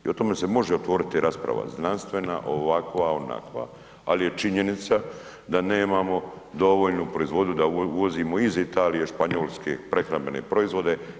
I o tome se može otvoriti rasprava znanstvena, ovakva, onakva ali je činjenica da nemamo dovoljnu proizvodnju da uvozimo iz Italije, Španjolske prehrambene proizvode.